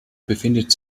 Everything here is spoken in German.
befindet